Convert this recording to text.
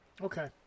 okay